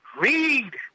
Read